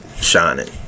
shining